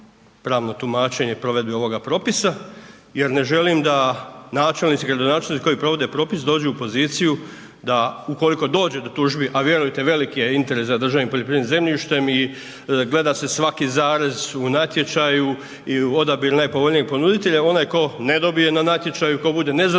pravno tumačenje provedbe ovoga propisa jer ne želim da načelnici i gradonačelnici koji provode propis, dođu u poziciju da ukoliko dođe do tužbi a vjerujte veliki je interes za državnim poljoprivrednim zemljištem i gleda se svaki zarez u natječaju i u odabiru najpovoljnijeg ponuditelja, onaj tko ne dobije na natječaju, tko bude nezadovoljan,